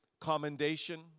commendation